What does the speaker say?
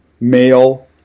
male